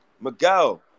Miguel